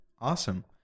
awesome